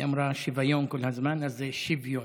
היא אמרה שוָיון כל הזמן, אז זה שוְיון.